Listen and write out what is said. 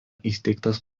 įsteigtas